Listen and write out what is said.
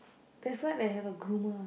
that's why they have a groomer